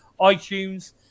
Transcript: iTunes